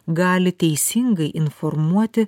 gali teisingai informuoti